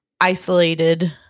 Isolated